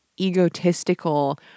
egotistical